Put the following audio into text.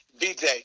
DJ